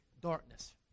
darkness